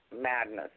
madness